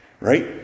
Right